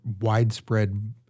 widespread